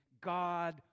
God